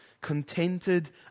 contented